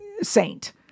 saint